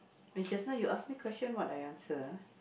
eh just now you ask me question what I answer ah